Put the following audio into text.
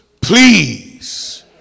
please